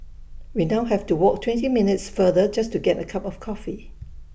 we now have to walk twenty minutes farther just to get A cup of coffee